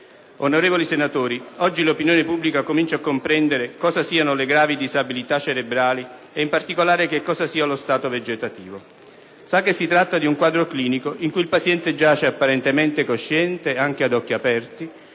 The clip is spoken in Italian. Onorevoli senatori, oggi l'opinione pubblica comincia a comprendere cosa siano le gravi disabilità cerebrali e, in particolare, che cosa sia lo stato vegetativo, sa che si tratta di un quadro clinico in cui il paziente giace apparentemente cosciente, anche ad occhi aperti,